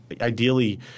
ideally